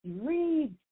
Read